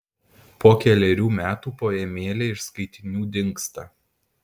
po kelerių metų poemėlė iš skaitinių dingsta